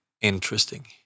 interesting